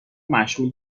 مشغول